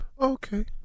okay